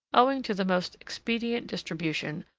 owing to the most expedient distribution,